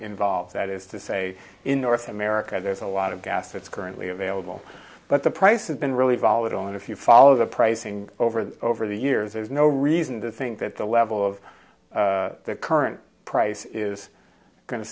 involved that is to say in north america there's a lot of gas it's currently available but the price has been really volatile and if you follow the pricing over the over the years there's no reason to think that the level of the current price is going to